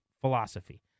philosophy